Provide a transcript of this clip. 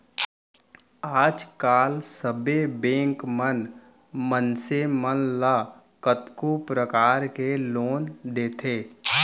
आज काल सबे बेंक मन मनसे मन ल कतको परकार के लोन देथे